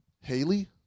Haley